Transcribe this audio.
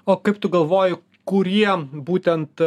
o kaip tu galvoji kuriem būtent